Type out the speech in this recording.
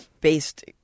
based